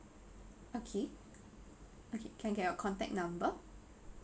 okay okay can I get your contact number